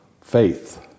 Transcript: Faith